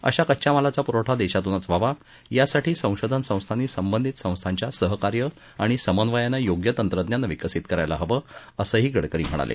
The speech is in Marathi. अशा कच्च्या मालाचा पुरवठा देशातूनच व्हावा यासाठी संशोधन संस्थांनी संबंधित संस्थांच्या सहकार्य आणि समन्वयानं योग्य तंत्रज्ञान विकसित करायला हवं असंही गडकरी म्हणाले